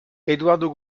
eduardo